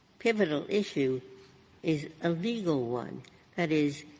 pivotal issue is a legal one that is,